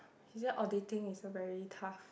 she say auditing is a very tough